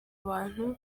abantu